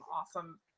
awesome